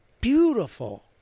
beautiful